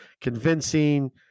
convincing